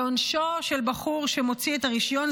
ועונשו של בחור שמוציא את הרישיון,